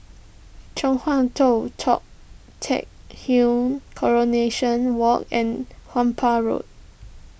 Chong Hua Tong Tou Teck Coronation Walk and Road